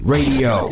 Radio